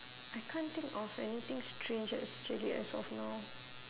I can't think of anything strange actually as of now